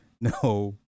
no